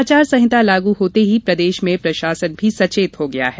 आचार संहिता लागू होते ही प्रदेश में प्रशासन भी सचेत हो गया है